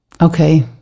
Okay